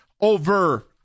over